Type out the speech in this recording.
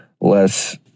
less